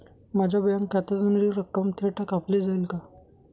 माझ्या बँक खात्यातून हि रक्कम थेट कापली जाईल का?